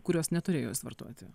kuriuos neturėjo jis vartoti